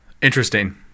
Interesting